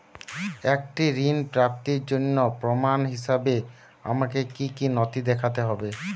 একটি ঋণ প্রাপ্তির জন্য প্রমাণ হিসাবে আমাকে কী কী নথি দেখাতে হবে?